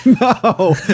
no